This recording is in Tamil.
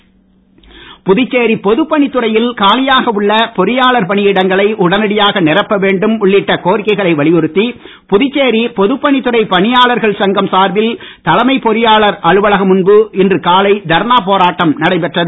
பொதுப்பணித்துறை புதுச்சேரி பொதுப்பணித்துறையில் காலியாக உள்ள பொறியாளர் பணியிடங்களை உடனடியாக நிரப்ப வேண்டும் உள்ளிட்ட கோரிக்கைகளை வலியுறுத்தி புதுச்சேரி பொதுப்பணித்துறை பணியாளர்கள் சங்கம் சார்பில் தலைமை பொறியாளர் அலுவலகம் முன்பு இன்ற காலை தர்ணா போராட்டம் நடைபெற்றது